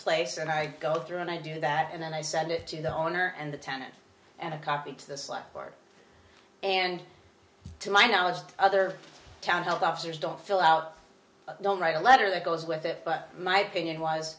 place and i go through and i do that and then i send it to the owner and the tenant and a copy to the psych ward and to my knowledge to other town health officers don't fill out don't write a letter that goes with it but my opinion was